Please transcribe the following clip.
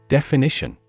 Definition